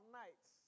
nights